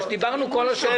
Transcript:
מה שדיברנו עליו בכל השבוע.